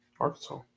Arkansas